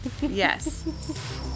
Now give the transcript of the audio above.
yes